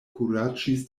kuraĝis